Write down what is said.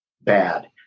bad